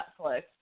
netflix